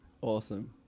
awesome